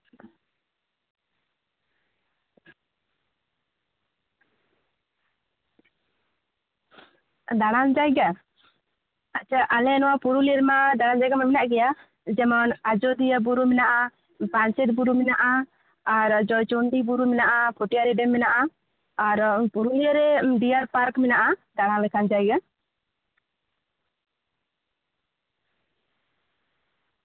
ᱫᱟᱬᱟᱱ ᱡᱟᱭᱜᱟ ᱟᱪᱪᱷᱟ ᱟᱞᱮ ᱱᱚᱣᱟ ᱯᱩᱨᱩᱞᱤᱭᱟᱹ ᱨᱮᱢᱟ ᱫᱟᱬᱟᱱ ᱡᱟᱭᱜᱟ ᱢᱟ ᱢᱮᱱᱟᱜ ᱜᱮᱭᱟ ᱡᱮᱢᱚᱱ ᱟᱡᱚᱫᱤᱭᱟᱹ ᱵᱩᱨᱩ ᱢᱮᱱᱟᱜᱼᱟ ᱯᱟᱧᱪᱮᱛ ᱵᱩᱨᱩ ᱢᱮᱱᱟᱜᱼᱟ ᱟᱨ ᱡᱚᱭᱪᱚᱱᱰᱤ ᱵᱩᱨᱩ ᱢᱮᱱᱟᱜᱼᱟ ᱯᱚᱴᱤᱭᱟᱨᱤ ᱰᱮᱢ ᱢᱮᱱᱟᱜᱼᱟ ᱟᱨ ᱯᱩᱨᱩᱞᱤᱭᱟᱹ ᱨᱮ ᱰᱤᱭᱟᱨ ᱯᱟᱨᱠ ᱢᱚᱱᱮᱜᱼᱟ ᱫᱟᱬᱟ ᱞᱮᱠᱟᱱ ᱡᱟᱭᱜᱟ